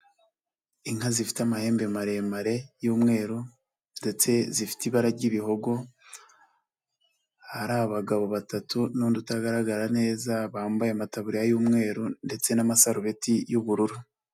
Inka zifite amahembe maremare y'umweru ndetse zifite ibara ry'ibihogo, hari abagabo batatu n'undi utagaragara neza bambaye amataburiya y'umweru ndetse n'amasarubeti y'ubururu.